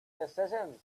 decisions